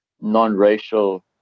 non-racial